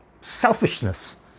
selfishness